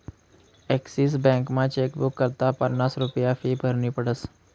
Axis बॅकमा chequebook करता पन्नास रुप्या फी भरनी पडस